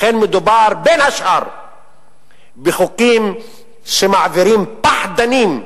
לכן מדובר בין השאר בחוקים שמעבירים פחדנים,